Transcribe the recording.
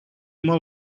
uma